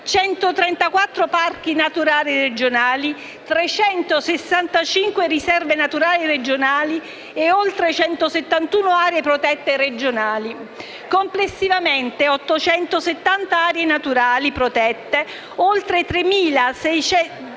134 parchi naturali regionali, 365 riserve naturali regionali e oltre 171 aree protette regionali; complessivamente parliamo di 870 aree naturali protette, di oltre 3.163